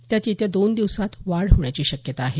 त्यात येत्या दोन दिवसांत यात वाढ होण्याची शक्यता आहे